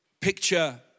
picture